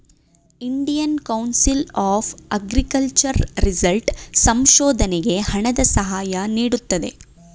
Indian council of agriculture result ಸಂಶೋಧನೆಗೆ ಹಣದ ಸಹಾಯ ನೀಡುತ್ತದೆ